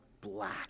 black